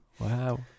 wow